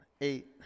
eight